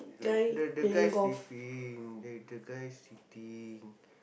the the guy sleeping the the guy sitting